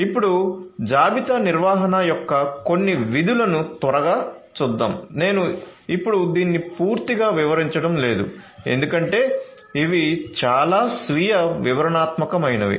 ఇప్పుడు జాబితా నిర్వహణ యొక్క కొన్ని విధులను త్వరగా చూద్దాం నేను ఇప్పుడు దీనిని పూర్తిగా వివరించడం లేదు ఎందుకంటే ఇవి చాలా స్వీయ వివరణాత్మకమైనవి